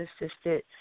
assisted